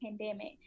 pandemic